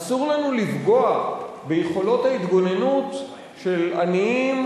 אסור לנו לפגוע ביכולות ההתגוננות של עניים,